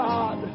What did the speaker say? God